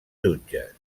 jutges